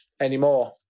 anymore